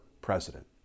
president